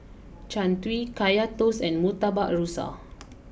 Jian Dui Kaya Toast and Murtabak Rusa